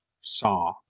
saw